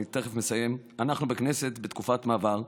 אני תכף מסיים אנחנו בכנסת בתקופת מעבר,